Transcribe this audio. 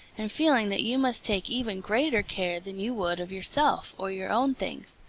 and feeling that you must take even greater care than you would of yourself or your own things,